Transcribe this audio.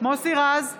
מוסי רז,